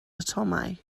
atomau